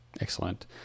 Excellent